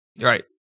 Right